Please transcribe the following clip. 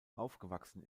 aufgewachsen